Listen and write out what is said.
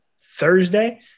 Thursday